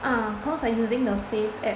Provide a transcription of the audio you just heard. ah cause I using the Fave app